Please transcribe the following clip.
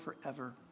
forever